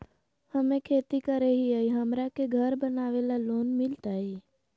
हमे खेती करई हियई, हमरा के घर बनावे ल लोन मिलतई?